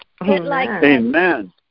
Amen